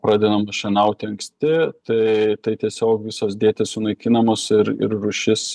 pradedamos šienauti anksti tai tai tiesiog visos dėtys sunaikinamos ir ir rūšis